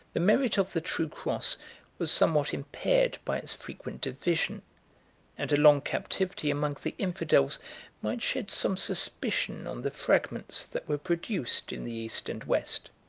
the merit of the true cross was somewhat impaired by its frequent division and a long captivity among the infidels might shed some suspicion on the fragments that were produced in the east and west.